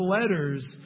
letters